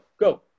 go